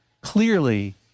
clearly